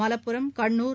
Malappuram Kannur